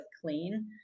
clean